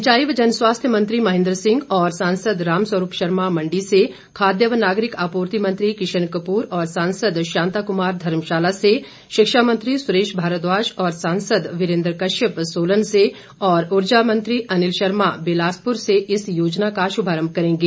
सिंचाई व जन स्वास्थ्य मंत्री महेन्द्र सिंह और सांसद रामस्वरूप शर्मा मण्डी से खाद्य व नागरिक आपूर्ति मंत्री किशन कपूर और सांसद शांता कुमार धर्मशाला से शिक्षा मंत्री सुरेश भारद्वाज और सांसद वीरेन्द्र कश्यप सोलन से और ऊर्जा मंत्री अनिल शर्मा बिलासपुर से इस योजना का शुभारम्भ करेंगे